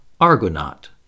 Argonaut